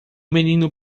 menino